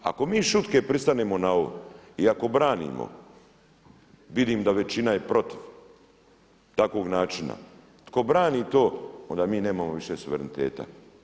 Ako mi šutke pristanemo na ovo i ako branimo, vidim da je većina protiv takvog načina, tko brani to onda mi nemamo više suvereniteta.